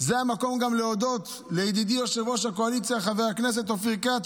זה המקום להודות לידידי יושב-ראש הקואליציה חבר הכנסת אופיר כץ,